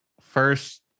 First